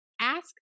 ask